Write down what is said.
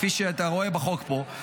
כפי שאתה רואה בחוק פה,